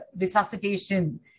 resuscitation